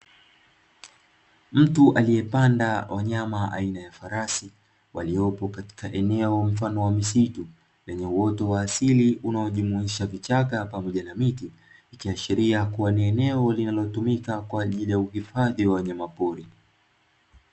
Mtu aliyepanda wanyama aina ya farasi, waliopo katika eneo mfano wa misitu, lenye uoto wa asili unaojumuisha vichaka pamoja na miti. Likiashiria kuwa ni eneo, linalotumika kwa ajili ya uhifadhi wa wanyamapori.